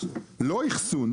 לא אחסון,